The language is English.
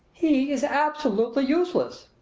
he is absolutely useless!